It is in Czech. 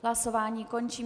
Hlasování končím.